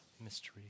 mystery